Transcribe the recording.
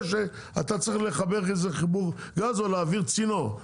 שאתה צריך לחבר איזה חיבור גז או להעביר צינור.